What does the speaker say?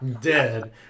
dead